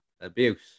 abuse